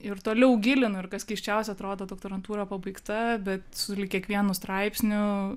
ir toliau gilinu ir kas keisčiausia atrodo doktorantūra pabaigta bet sulig kiekvienu straipsniu